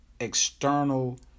external